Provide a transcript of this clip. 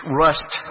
rust